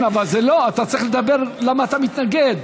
אתה צריך לדבר, למה אתה מתנגד.